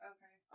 Okay